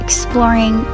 Exploring